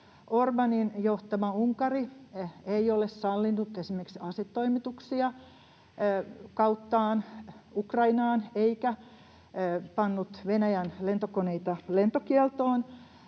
Orbánin johtama Unkari ei ole sallinut esimerkiksi asetoimituksia kauttaan Ukrainaan eikä pannut Venäjän lentokoneita lentokieltoon.